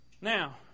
now